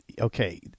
okay